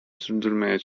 sürdürmeye